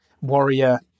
Warrior